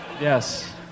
Yes